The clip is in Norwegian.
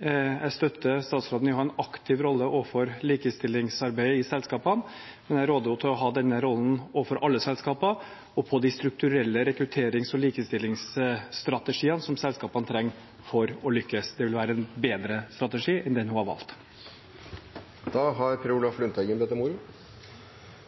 Jeg støtter statsråden i det å ha en aktiv rolle overfor likestillingsarbeid i selskapene, men jeg råder henne til å ha denne rollen overfor alle selskaper og på de strukturelle rekrutterings- og likestillingsstrategiene som selskapene trenger for å lykkes. Det vil være en bedre strategi enn den hun har